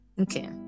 okay